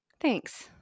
Thanks